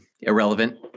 irrelevant